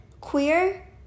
Queer